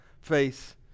face